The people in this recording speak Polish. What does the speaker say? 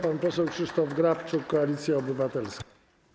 Pan poseł Krzysztof Grabczuk, Koalicja Obywatelska.